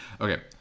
Okay